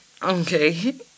Okay